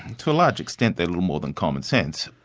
to a large extent they're little more than commonsense.